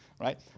right